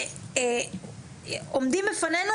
עומדים לפנינו,